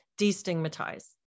destigmatize